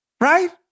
Right